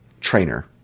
trainer